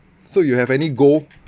so you have any goal